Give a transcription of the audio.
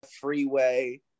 Freeway